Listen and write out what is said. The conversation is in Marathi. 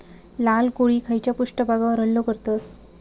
लाल कोळी खैच्या पृष्ठभागावर हल्लो करतत?